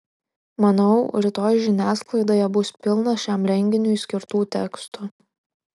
manau rytoj žiniasklaidoje bus pilna šiam renginiui skirtų tekstų